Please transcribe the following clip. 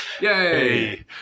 Yay